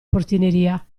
portineria